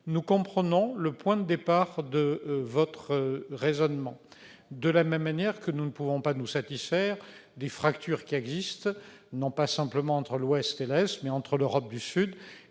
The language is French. cher collègue, le point de départ de votre raisonnement, de la même manière que nous ne pouvons pas nous satisfaire des fractures qui existent, non pas seulement entre l'Est et l'Ouest, mais aussi entre l'Europe du Sud